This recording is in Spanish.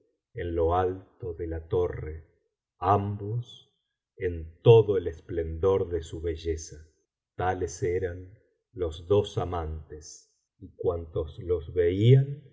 en lo alio de la torre ambos en todo el esplendor de su belleza tales eran los dos amantes y cuantos los veían